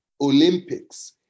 Olympics